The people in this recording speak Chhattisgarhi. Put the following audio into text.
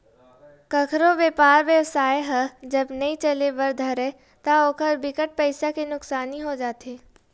कखरो बेपार बेवसाय ह जब नइ चले बर धरय ता ओखर बिकट पइसा के नुकसानी हो जाथे